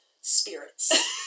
spirits